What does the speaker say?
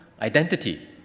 identity